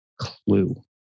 clue